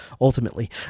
ultimately